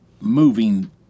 moving